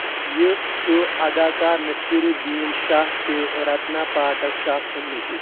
یہِ چھُ اداکار نصیر الدین شاہ تہٕ رتنا پاٹھک شاہ سُنٛد نیٚچُو